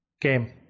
Game